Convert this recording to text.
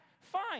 fine